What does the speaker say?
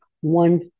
one